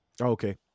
Okay